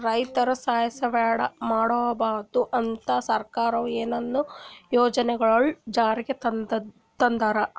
ರೈತರ್ ಸುಯಿಸೈಡ್ ಮಾಡ್ಕೋಬಾರ್ದ್ ಅಂತಾ ಸರ್ಕಾರದವ್ರು ಏನೇನೋ ಯೋಜನೆಗೊಳ್ ಜಾರಿಗೆ ತಂದಾರ್